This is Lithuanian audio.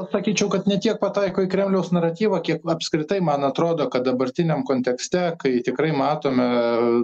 sakyčiau kad ne tiek pataiko į kremliaus naratyvą kiek apskritai man atrodo kad dabartiniam kontekste kai tikrai matome